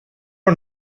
are